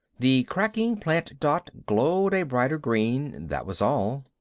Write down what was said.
the cracking-plant dot glowed a brighter green that was all.